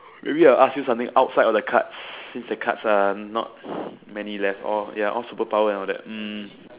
maybe I ask you something outside of the cards since the cards are not many left like all superpower and all that